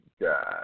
God